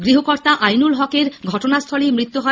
গৃহকর্তা আইনুল হকের ঘটনাস্থলেই মৃত্যু হয়